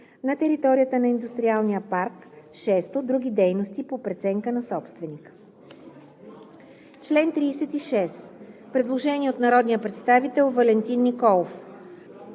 на територията на индустриалния парк; 6. други дейности – по преценка на собственика.“ По чл. 36 има предложение от народния представител Валентин Николов.